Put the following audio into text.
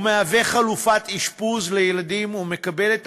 הוא מהווה חלופת אשפוז לילדים ומקבל את